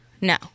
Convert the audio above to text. No